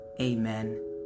Amen